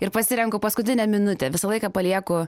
ir pasirenku paskutinę minutę visą laiką palieku